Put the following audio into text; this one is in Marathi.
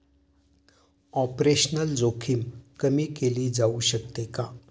ऑपरेशनल जोखीम कमी केली जाऊ शकते का?